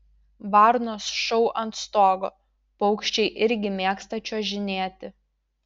varnos šou ant stogo paukščiai irgi mėgsta čiuožinėti